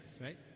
right